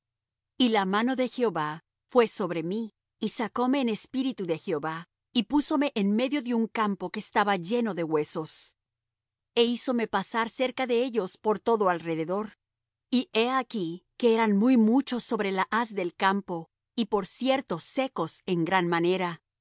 y la mano de jehová fué sobre mí y sacóme en espíritu de jehová y púsome en medio de un campo que estaba lleno de huesos e hízome pasar cerca de ellos por todo alrededor y he aquí que eran muy muchos sobre la haz del campo y por cierto secos en gran manera